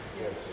Yes